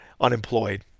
unemployed